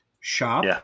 shop